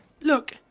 look